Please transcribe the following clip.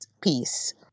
peace